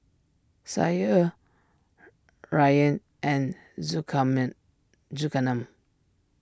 Syah Ryan and Zulkarnain